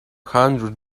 hundred